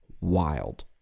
wild